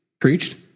preached